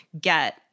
get